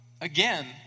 again